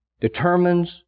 determines